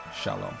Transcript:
shalom